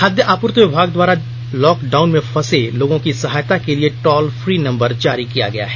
खाद्य आपूर्ति विभाग द्वारा लॉकडाउन में फंसे लोगों की सहायता के लिए टॉल फ्री नम्बर जारी किया गया है